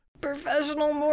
Professional